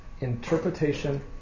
interpretation